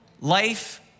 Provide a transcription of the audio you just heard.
life